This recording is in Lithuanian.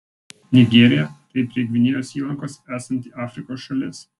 nigerija tai prie gvinėjos įlankos esanti afrikos šalis